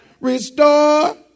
restore